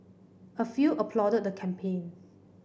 a few applauded the campaign